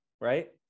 right